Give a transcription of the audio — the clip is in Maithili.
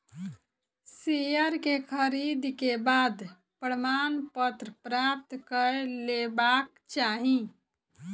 शेयर के खरीद के बाद प्रमाणपत्र प्राप्त कय लेबाक चाही